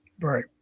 Right